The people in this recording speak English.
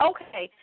Okay